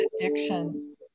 addiction